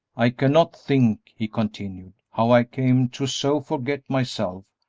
i cannot think, he continued, how i came to so forget myself,